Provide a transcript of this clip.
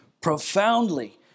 profoundly